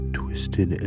twisted